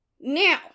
Now